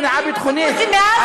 כי יש מניעה ביטחונית להיכנס